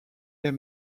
est